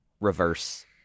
reverse